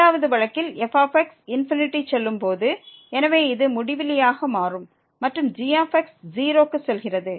2 வது வழக்கில் f க்கு செல்லும் போது இது முடிவிலியாக மாறும் மற்றும் g 0 க்கு செல்கிறது